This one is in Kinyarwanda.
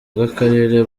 bw’akarere